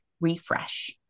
refresh